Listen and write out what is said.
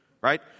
right